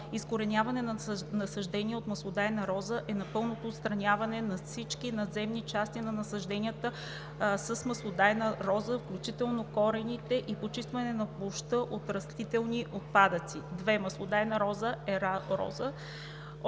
„Изкореняване на насаждения от маслодайна роза“ е пълното отстраняване на всички надземни части на насажденията с маслодайна роза, включително корените, и почистване на площта от растителни остатъци. 2. „Маслодайна роза“ е роза